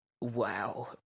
wow